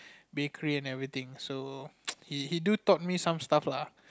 bakery and everything so he do taught me some stuff lah